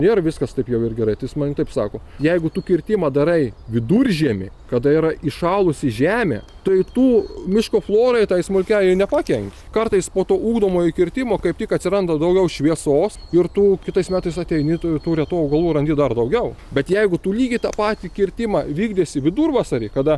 nėra viskas taip jau ir gerai tai jis man taip sako jeigu tu kirtimą darai viduržiemį kada yra įšalusi žemė tai tu miško florai tai smulkiajai nepakenki kartais po to ugdomojo kirtimo kaip tik atsiranda daugiau šviesos ir tu kitais metais ateini tų tų retų augalų randi dar daugiau bet jeigu tu lygiai tą patį kirtimą vykdysi vidurvasarį kada